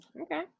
Okay